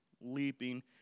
leaping